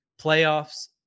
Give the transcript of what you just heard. playoffs